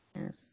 Yes